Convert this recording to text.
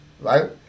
right